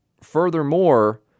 Furthermore